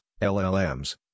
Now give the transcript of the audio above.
LLMs